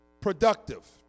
productive